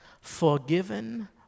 forgiven